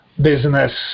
business